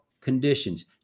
conditions